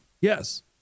Yes